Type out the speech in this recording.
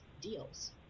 deals